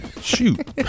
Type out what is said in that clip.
Shoot